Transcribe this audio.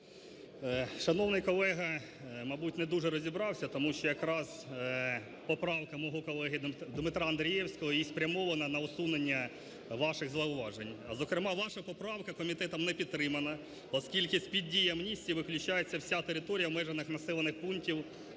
Шановний колега, мабуть, не дуже розібрався, тому що якраз поправка мого колеги Дмитра Андрієвського і спрямована на усунення ваших зауважень. Зокрема ваша поправка комітетом не підтримана, оскільки з-під дії амністії виключається вся територія в межах населених пунктів,